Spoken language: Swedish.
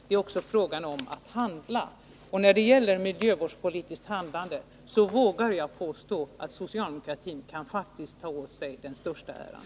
Det är också fråga om att handla — och när det gäller miljövårdspolitiskt handlande vågar jag påstå att socialdemokratin faktiskt kan ta åt sig den största äran.